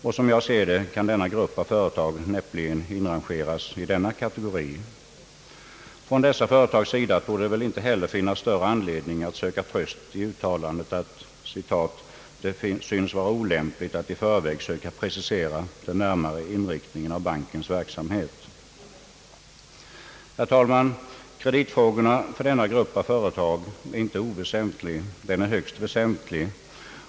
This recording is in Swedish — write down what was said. Såsom jag ser det kan denna grupp av företag näppeligen inrangeras i denna kategori. Dessa företag torde inte heller finna någon större anledning att söka tröst i uttalandet att »det synes vara olämpligt att i förväg söka precisera den närmare inriktningen av bankens verksamhet». Herr talman! Kreditfrågorna för denna grupp av företag är inte oväsentliga utan tvärtom högst väsentliga.